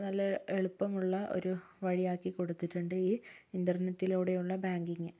നല്ല എളുപ്പമുള്ള ഒരു വഴിയാക്കി കൊടുത്തിട്ടുണ്ട് ഈ ഇൻറർനെറ്റിലൂടെയുള്ള ബാങ്കിങ്